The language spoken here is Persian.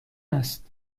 است